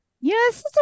yes